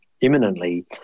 imminently